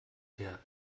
her